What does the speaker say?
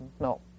no